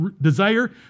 desire